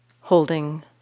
holding